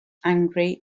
angry